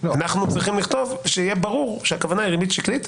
אנחנו צריכים לכתוב שיהיה ברור שהכוונה היא לריבית שקלית,